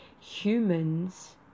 humans